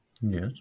Yes